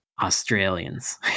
Australians